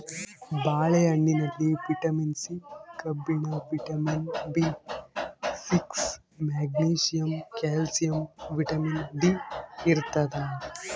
ಬಾಳೆ ಹಣ್ಣಿನಲ್ಲಿ vitamin C ಕಬ್ಬಿಣ vitamin B six magnesium calcium vitamin D ಇರ್ತಾದ